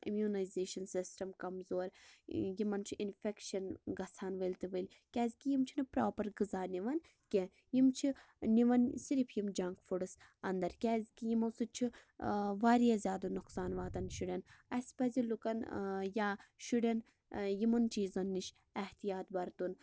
immunisation system کمزور یمن چھُ اِنفیٚکشَن گَژھان ؤلۍ تہٕ ؤلۍ کیٛازکہِ یم چھِ نہٕ پرٛاپر غذا نِوان کیٚنٛہہ یم چھِ نِوان صِرف یم جَنٛک فُڈس انٛدر کیٛازکہِ یمو سۭتۍ چھِ واریاہ زیادٕ نۅقصان واتان شُرٮ۪ن اَسہِ پَزِ لُکَن یا شُرٮ۪ن یمن چیٖزَن نِش احتیاط بَرتُن